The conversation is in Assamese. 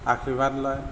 আশীৰ্বাদ লয়